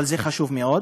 אבל זה חשוב מאוד.